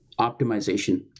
optimization